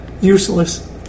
Useless